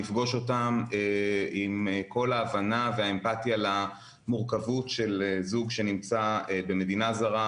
לפגוש אותם עם כל ההבנה והאמפתיה למורכות של זוג שנמצא במדינה זרה,